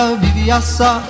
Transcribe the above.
viviasa